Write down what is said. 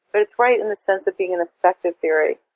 but it's right in a sense of being an effective theory.